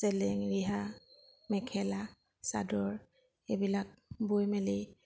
চেলেং ৰিহা মেখেলা চাদৰ এইবিলাক বৈ মেলি